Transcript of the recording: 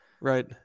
right